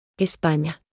España